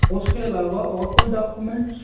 उसके अलावा और कोई डाक्यूमेंट्स